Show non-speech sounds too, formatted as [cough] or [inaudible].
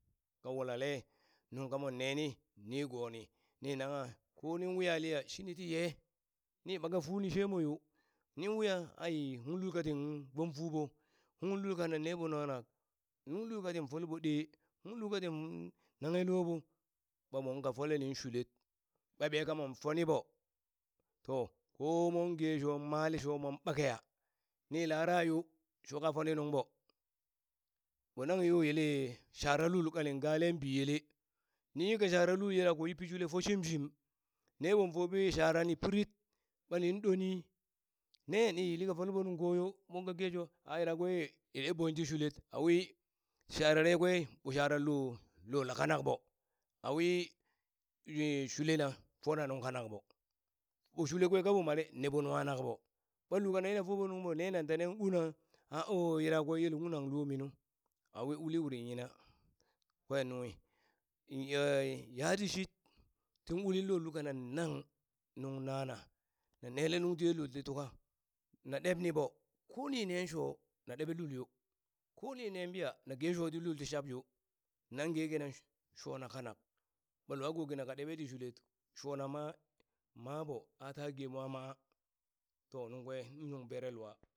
Ka wulale nung kamon neni nigoni ni nangha ko nin wiya liya shini ti ye ni ɓaka funi shemoyo nin wiya ai ung lul katin gbom fuɓo ung lul ka na neɓo nuŋ kanak kun lul katin fole ɓo ɗee kung lul katin naghe loɓo ɓa moka folenin shulet ɓa ɓee kamon foli ɓo to ko mon ge sho male shomon ɓakeya ni lara yo shoka foni nuŋ ɓo, ɓo nang yele shara lul kanin galen biyele, niyi ka shara lul yelako ti pi shulet fo shim shim ne ɓon kobi sharani pirip ɓa nin ɗoni ne ni yilka foleɓo nuŋ koyo mon ka gesho a yirakwe ye, ye ɗeɓon ti shulet awi sharare kwe ɓo shara lo, lola kanak ɓo, awi [hesitation] shulena fona nung kanak ɓo bm shule kwe kaɓo mare neɓo nungha nak ɓo ɓa lul kane na foɓo nuŋ ɓo nenan ta nan una a o yirakwe yelkun nang lomi nu a uli uri yina kwen nunghi, yaa yatishid tin uli lo luko kanan nang nuŋ nana na nele nuŋ tiye lul ti tuka na ɗebniɓo koni ne sho na ɗeɓe lul yo, ko ninen ɓiya na gesho ti lul tishab yo nan ge kina shona kanak ɓa luwa ko kina kaɗeɓe ti shulet shona ma maa ɓo aa tage mwa maa to nungkwe nuŋ bere lua.